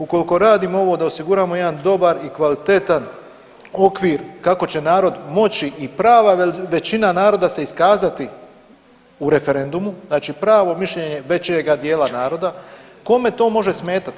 Ukoliko radimo ovo da osiguramo jedan dobar i kvalitetan okvir kako će narod moći i prava većina naroda se iskazati u referendumu, znači pravo mišljenje većega dijela naroda, kome to može smetati?